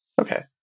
Okay